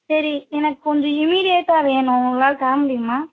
சரி எனக்கு கொஞ்சம் இமீடியட்டாக வேணும் உங்களால் தர முடியுமா